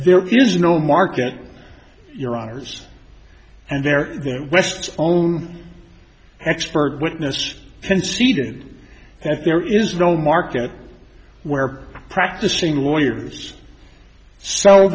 there is no market for your honour's and their west own expert witness conceded that there is no market where practicing lawyers sell